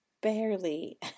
barely